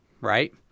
right